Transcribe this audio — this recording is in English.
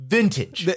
Vintage